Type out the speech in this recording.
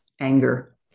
anger